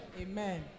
Amen